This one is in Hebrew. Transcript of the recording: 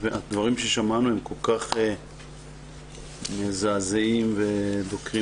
הדברים ששמענו הם כל כך מזעזעים ודוקרים